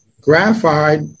graphite